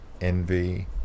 Envy